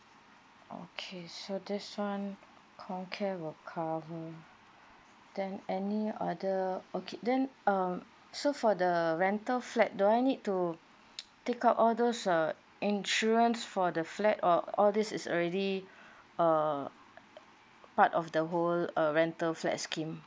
okay so this one comcare will cover then any other okay then uh so for the rental flat do I need to take out all those uh insurance for the flat or all these is already err part of the whole uh rental flat scheme